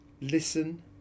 listen